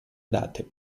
date